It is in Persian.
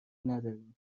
نداریم